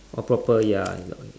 oh proper ya ya I know